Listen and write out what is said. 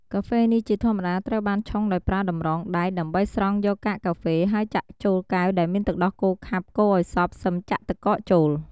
កាហ្វេនេះជាធម្មតាត្រូវបានឆុងដោយប្រើតម្រងដែកដើម្បីស្រង់យកកាកកាហ្វេ ហើយចាក់ចូលកែវដែលមានទឹកដោះគោខាប់ កូរឱ្យសព្វសឹមចាក់ទឹកកកចូល។